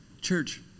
Church